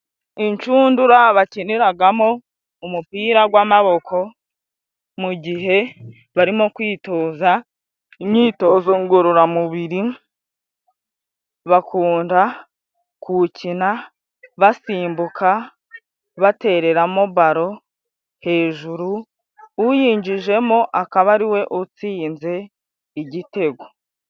Inshundura bakiniragamo umupira gw'amaboko mu gihe barimo kwitoza imyitozo ngororamubiri bakunda kuwukina basimbuka, batereramo balo hejuru uyinjijemo akaba ariwe utsinze igitego.